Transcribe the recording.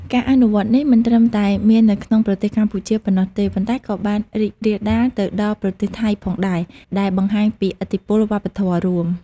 ការអនុវត្តនេះមិនត្រឹមតែមាននៅក្នុងប្រទេសកម្ពុជាប៉ុណ្ណោះទេ ប៉ុន្តែក៏បានរីករាលដាលទៅដល់ប្រទេសថៃផងដែរ ដែលបង្ហាញពីឥទ្ធិពលវប្បធម៌រួម។